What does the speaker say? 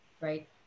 Right